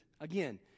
again